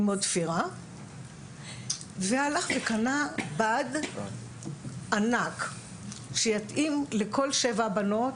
ללמוד תפירה והלך וקנה בד ענק שיתאים לכל שבע הבנות,